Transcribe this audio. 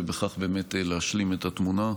ובכך באמת להשלים את התמונה.